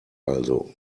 also